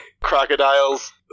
Crocodiles